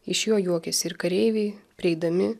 iš jo juokėsi ir kareiviai prieidami